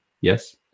yes